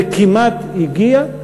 וכמעט הגיע,